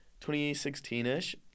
2016-ish